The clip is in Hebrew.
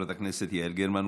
חברת הכנסת יעל גרמן,